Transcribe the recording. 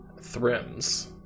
Thrims